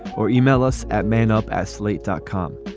or yeah e-mail us at man up at slate dot com.